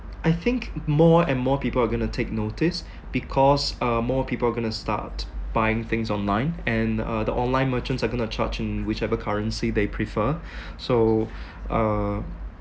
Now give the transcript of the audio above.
I think more and more people are gonna take notice because uh more people are gonna start buying things online and uh the online merchants are gonna charge in whichever currency they prefer so uh